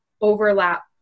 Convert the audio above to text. overlap